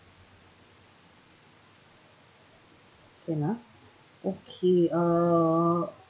can ah okay uh